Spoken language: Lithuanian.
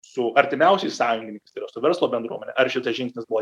su artimiausiais sąjungininkais tai yra su verslo bendruomene ar šitas žingsnis buvo